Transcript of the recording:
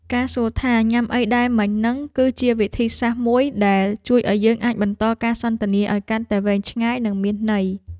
ការសួរថាញ៉ាំអីដែរមិញហ្នឹងគឺជាវិធីសាស្ត្រមួយដែលជួយឱ្យយើងអាចបន្តការសន្ទនាឱ្យកាន់តែវែងឆ្ងាយនិងមានន័យ។